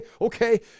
okay